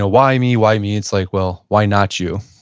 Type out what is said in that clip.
ah why me? why me? it's like, well, why not you?